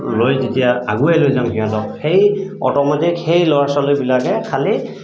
লৈ যেতিয়া আগুৱাই লৈ যাম সিহঁতক সেই অটমেটিক সেই ল'ৰা ছোৱালীবিলাকে খালী